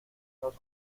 nos